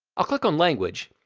i'll click on language.